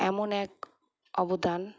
এমন এক অবদান